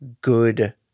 good